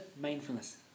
mindfulness